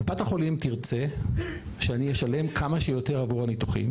קופת החולים תרצה שאני אשלם כמה שיותר עבור הניתוחים